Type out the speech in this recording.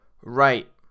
Right